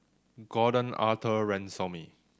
Gordon Arthur Ransome